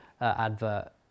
advert